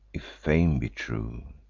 if fame be true.